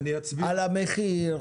על המחיר,